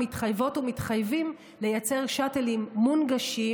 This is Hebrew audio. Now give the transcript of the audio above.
מתחייבות ומתחייבים לייצר שאטלים מונגשים